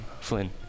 Flynn